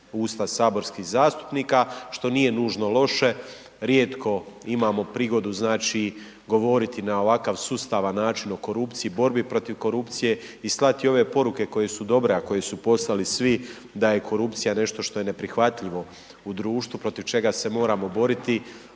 usta saborskih zastupnika, što nije nužno loše. Rijetko imamo prigodu znači govoriti na ovakav sustavan način o korupciji, borbi protiv korupcije i slati ove poruke koje su dobre, a koje su poslali svi da je korupcija nešto što je neprihvatljivo u društvu, protiv čega se moramo boriti